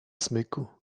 smyku